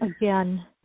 again